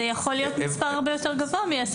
זה יכול להיות מספר הרבה יותר גבוה מעשר פלוס שש.